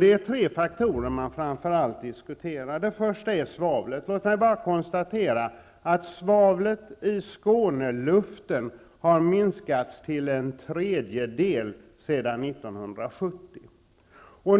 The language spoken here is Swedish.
Det är framför allt tre faktorer som man diskuterar. Den första är svavlet. Låt mig bara konstatera, att svavlet i Skåneluften har minskats till en tredjedel sedan 1970.